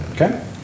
Okay